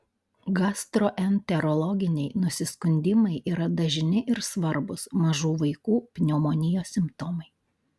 gastroenterologiniai nusiskundimai yra dažni ir svarbūs mažų vaikų pneumonijos simptomai